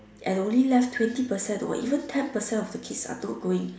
and only left twenty percent or even ten percent of the kids are not going